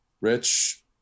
Rich